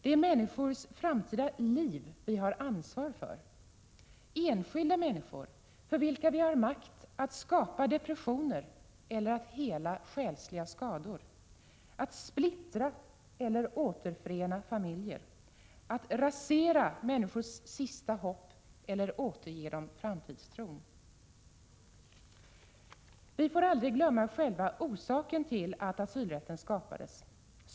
Det är människors framtida liv vi har ansvar för — enskilda människor för vilka vi har makt att skapa depressioner eller att hela själsliga skador, splittra eller återförena familjer, att rasera deras sista hopp eller att återge dem framtidstron. Vi får aldrig glömma själva orsaken till att asylrätten skapades.